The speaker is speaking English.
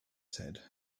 said